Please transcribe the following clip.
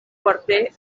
quarter